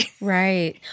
Right